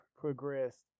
progressed